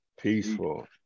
peaceful